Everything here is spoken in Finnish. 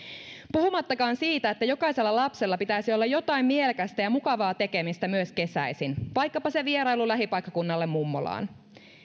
puhumattakaan siitä että jokaisella lapsella pitäisi olla jotain mielekästä ja mukavaa tekemistä myös kesäisin vaikkapa se vierailu lähipaikkakunnalle mummolaan